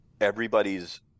Everybody's